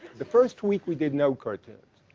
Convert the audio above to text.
the first week we did no cartoons.